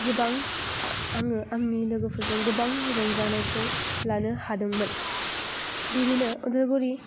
गोबां आङो आंनि लोगोफोरजों गोबां रंजानायखौ लानो हादोंमोन बिदिनो